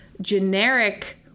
generic